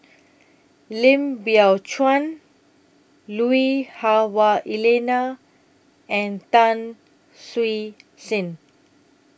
Lim Biow Chuan Lui Hah Wah Elena and Tan Siew Sin